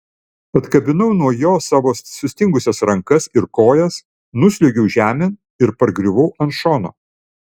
atkabinau nuo jo savo sustingusias rankas ir kojas nusliuogiau žemėn ir pargriuvau ant šono